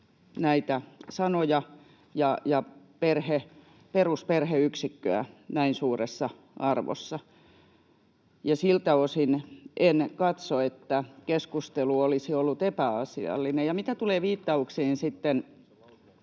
näitä sanoja ja perusperheyksikköä näin suuressa arvossa. Siltä osin en katso, että keskustelu olisi ollut epäasiallinen. Ja mitä tulee sitten